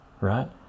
right